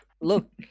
look